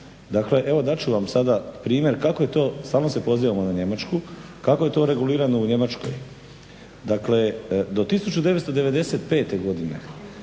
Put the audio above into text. Dakle, evo dat ću vam sada primjer kako je to, stvarno se pozivamo na Njemačku, kako je to regulirano u Njemačkoj. Dakle, do 1995. godine